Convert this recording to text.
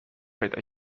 پیدا